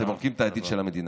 אתם הורגים את העתיד של המדינה.